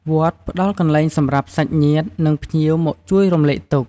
វត្តផ្ដល់កន្លែងសម្រាប់សាច់ញាតិ និងភ្ញៀវមកជួយរំលែកទុក្ខ។